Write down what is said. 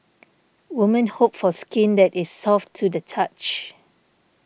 women hope for skin that is soft to the touch